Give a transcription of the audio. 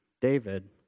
David